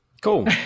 Cool